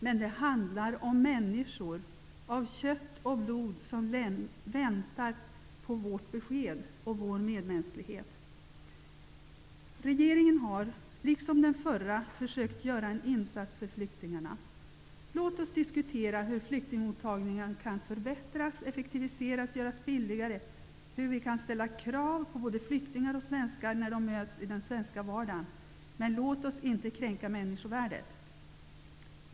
Men det handlar om människor av kött och blod, som väntar på vårt besked och vår medmänsklighet. Den nuvarande regeringen har liksom den tidigare försökt göra en insats för flyktingarna. Låt oss diskutera hur flyktingmottagningen kan förbättras, effektiviseras och göras billigare och hur vi kan ställa krav på både flyktingar och svenskar när de möts i den svenska vardagen! Men låt oss inte kränka människovärdet!